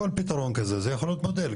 כל פתרון כזה יכול להיות מודל,